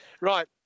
Right